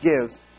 gives